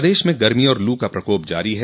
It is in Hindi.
प्रदेश में गर्मी और लू का प्रकोप जारी है